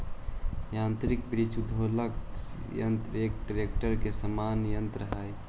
यान्त्रिक वृक्ष उद्वेलक यन्त्र एक ट्रेक्टर के समान यन्त्र हई